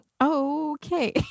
okay